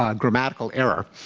um grammatical error,